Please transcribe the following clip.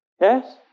Yes